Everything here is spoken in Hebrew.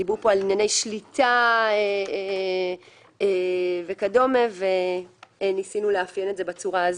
דיברו פה על ענייני שליטה וכדומה וניסינו לאפיין זאת כך.